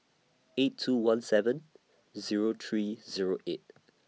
eight two one seven Zero three Zero eight